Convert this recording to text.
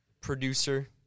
producer